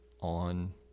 on